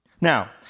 Now